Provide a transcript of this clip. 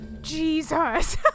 Jesus